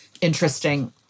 interesting